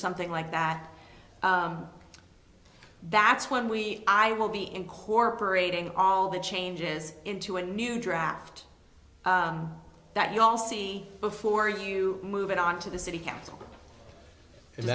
something like that that's when we i will be incorporating all the changes into a new draft that you all see before you move it on to the city council and